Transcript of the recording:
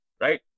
Right